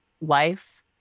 life